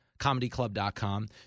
ComedyClub.com